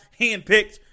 handpicked